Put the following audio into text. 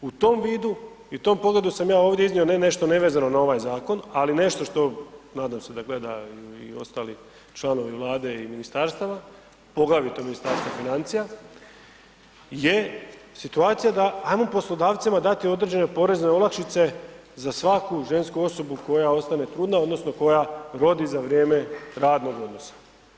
U tom vidu i u tom pogledu sam ja ovdje iznio ne nešto nevezano na ovaj zakon, ali nešto što, nadam se da gledaju i ostali članovi Vladi i ministarstava, poglavito Ministarstva financija, je situacija da ajmo poslodavcima dati određene porezne olakšice za svaku žensku osobu koja ostane trudna odnosno koja rodi za vrijeme radnog odnosa.